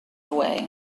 away